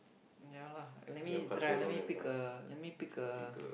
ya lah let me try let me pick a let me pick a